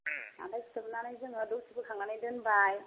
ओमफ्राय सोमनानै जोङो दसे बोखांनानै दोनबाय